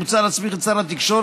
מוצע להסמיך את שר התקשורת,